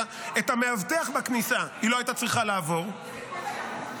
את המאבטח בכניסה היא לא הייתה צריכה לעבור ------ אדוני